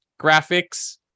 Graphics